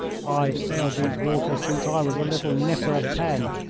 i've sailed these waters since i was a little nipper of ten,